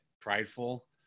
prideful